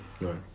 Right